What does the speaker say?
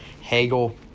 Hagel